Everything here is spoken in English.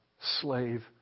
slave